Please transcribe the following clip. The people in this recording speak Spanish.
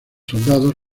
soldados